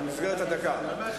במסגרת הדקה.